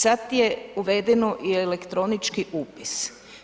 Sada je uvedeno i elektronički upis.